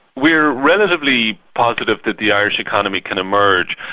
we're relatively positive that the irish economy can emerge,